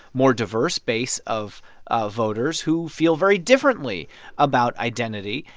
more diverse base of of voters who feel very differently about identity,